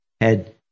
head